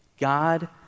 god